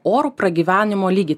orų pragyvenimo lygį